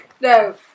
No